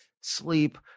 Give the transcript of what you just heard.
sleep